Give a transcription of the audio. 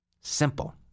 Simple